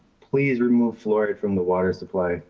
please remove fluoride from the water supply.